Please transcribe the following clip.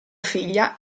figlia